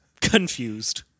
confused